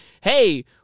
hey